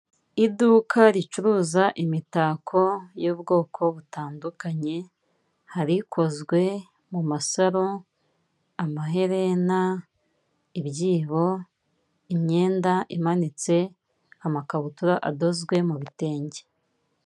Iduka ricuruza imitako y'ubwoko butandukanye, hari ikozwe mu masaro, amaherena, ibyibo, imyenda imanitse, amakabutura adozwe mu bitenge.